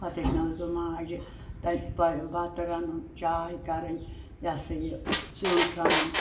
پتہٕ ہیٚچھنٲوس بہٕ ماجہِ تَمہِ بَتہٕ رَنُن چاے کَرٕنۍ یہِ ہسا یہِ سِیُن رَنُن